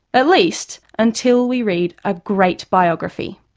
at least until we read a great biography.